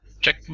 Check